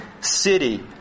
city